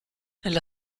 nella